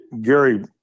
Gary